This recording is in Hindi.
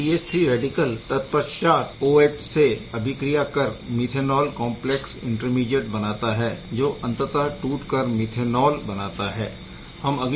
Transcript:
यह CH3 रैडिकल तत्पश्चात OH से अभिक्रिया कर मीथेनॉल कॉम्प्लेक्स इंटरमीडीएट बनाता है जो अंततः टूट कर मीथेनॉल बनाता है